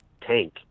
tank